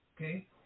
Okay